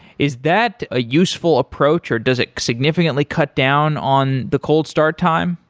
is that a useful approach, or does it significantly cut down on the cold-start time?